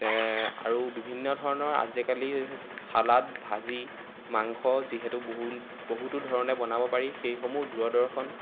বিভিন্ন ধৰণৰ আজিকালি ছালাড ভাজি মাংস যিহেতু বহুল বহুতো ধৰণে বনাব পাৰি সেইসমূহ দূৰদৰ্শন